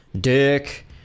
Dick